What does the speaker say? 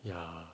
ya